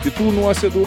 kitų nuosėdų